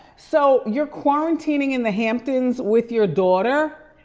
so, you're quarantining in the hamptons with your daughter?